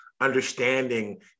understanding